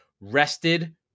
rested